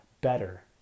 better